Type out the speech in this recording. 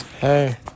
Hey